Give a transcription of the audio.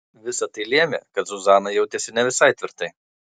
visa tai lėmė kad zuzana jautėsi ne visai tvirtai